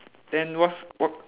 then what's wha~